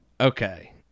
Okay